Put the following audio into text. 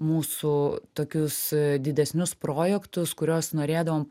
mūsų tokius didesnius projektus kuriuos norėdavom